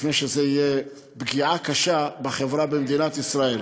לפני שזה יהיה פגיעה קשה בחברה במדינת ישראל.